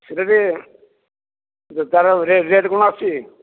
ସେଇଟାରେ ତାର ରେଟ୍ କ'ଣ ଆସୁଛି